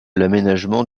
l’aménagement